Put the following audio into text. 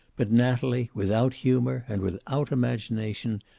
but natalie, without humor and without imagination,